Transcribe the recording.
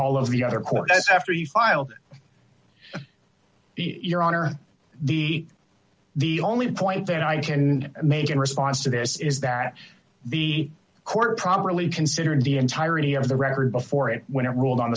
all of the other courts after you file your honor the the only point that i can make in response to this is that the court properly considered the entirety of the record before it when it ruled on